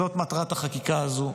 זאת מטרת החקיקה הזאת,